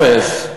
אפס.